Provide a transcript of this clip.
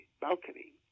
balcony